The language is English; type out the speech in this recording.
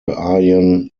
aryan